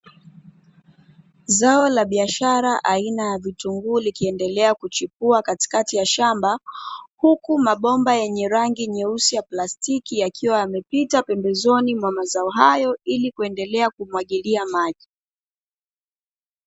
Zao la biashara aina ya vitunguu likiendelea kuchipua katikati ya shambani, huku mabomba yenye rangi nyeusi ya plastiki yakiwa yamepita pembezoni mwa mazao hayo ili kuendelea kumwagilia maji.